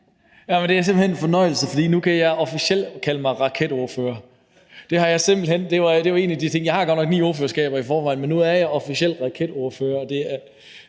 Det er simpelt hen en fornøjelse, for nu kan jeg officielt kalde mig raketordfører. Jeg har godt nok ni ordførerskaber i forvejen, men nu er jeg officielt også raketordfører.